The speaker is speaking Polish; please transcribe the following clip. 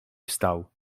wstał